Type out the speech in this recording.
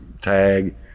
tag